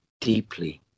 deeply